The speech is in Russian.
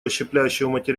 расщепляющегося